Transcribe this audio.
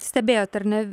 stebėjot ar ne